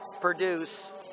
produce